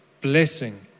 blessing